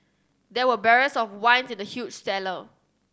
there were barrels of wine in the huge cellar